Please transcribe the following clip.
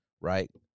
Right